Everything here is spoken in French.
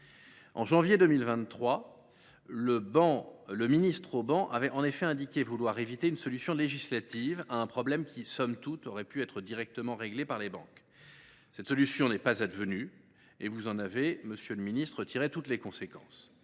de loi que je viens d’évoquer, avait indiqué qu’il souhaitait éviter une solution législative à un problème qui, somme toute, aurait pu être directement réglé par les banques. Cette solution n’est pas advenue et vous en avez, monsieur le ministre, tiré toutes les conséquences.